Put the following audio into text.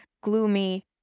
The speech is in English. gloomy